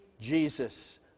Jesus